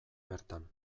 bertan